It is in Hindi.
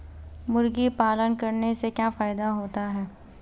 मुर्गी पालन करने से क्या फायदा होता है?